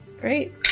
Great